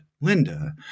Linda